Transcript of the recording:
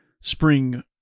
spring